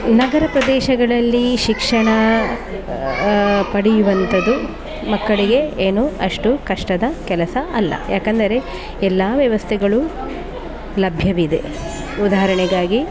ನಗರ ಪ್ರದೇಶಗಳಲ್ಲಿ ಶಿಕ್ಷಣ ಪಡೆಯುವಂತದ್ದು ಮಕ್ಕಳಿಗೆ ಏನು ಅಷ್ಟು ಕಷ್ಟದ ಕೆಲಸ ಅಲ್ಲ ಏಕೆಂದರೆ ಎಲ್ಲ ವ್ಯವಸ್ಥೆಗಳು ಲಭ್ಯವಿದೆ ಉದಾಹರಣೆಗಾಗಿ